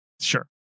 Sure